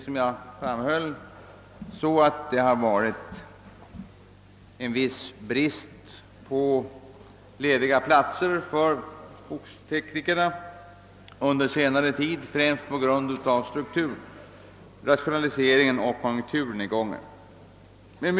Som jag framhöll har det rått en viss brist på lediga platser för skogsteknikerna under senare tid, främst på grund av strukturrationaliseringen och konjunkturnedgången.